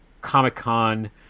Comic-Con